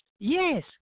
Yes